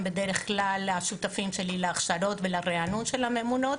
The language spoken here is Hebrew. הם בדרך כלל השותפים שלי להכשרות ולרענון של הממונות.